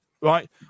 right